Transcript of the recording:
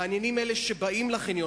מעניינים אלה שבאים לחניון,